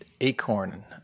Acorn